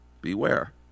beware